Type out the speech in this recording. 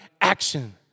action